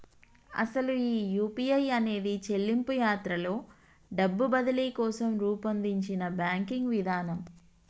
అసలు ఈ యూ.పీ.ఐ అనేది చెల్లింపు యాత్రలో డబ్బు బదిలీ కోసం రూపొందించిన బ్యాంకింగ్ విధానం